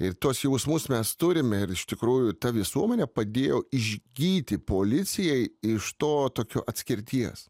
ir tuos jausmus mes turime ir iš tikrųjų ta visuomenė padėjo išgyti policijai iš to tokio atskirties